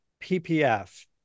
PPF